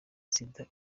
sida